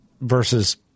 versus